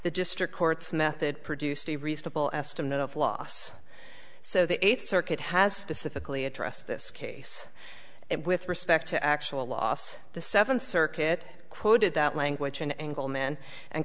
the district court's method produced a reasonable estimate of loss so the eighth circuit has pacifically address this case and with respect to actual loss the seventh circuit quoted that language an angle man and